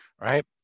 right